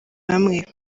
bamwe